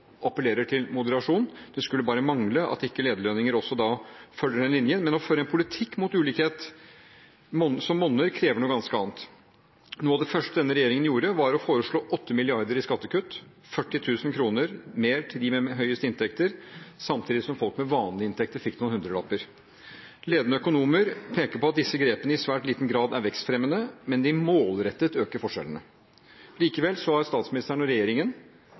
til moderasjon. Det skulle bare mangle at ikke lederlønninger også da følger den linjen. Men å føre en politikk mot ulikhet som monner, krever noe ganske annet. Noe av det første denne regjeringen gjorde, var å foreslå 8 mrd. kr i skattekutt, 40 000 kr mer til dem med høyest inntekter, samtidig som folk med vanlige inntekter fikk noen hundrelapper. Ledende økonomer peker på at disse grepene i svært liten grad er vekstfremmende, men de øker forskjellene målrettet. Likevel har statsministeren og regjeringen